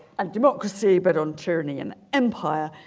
and democracy but on tyranny and empire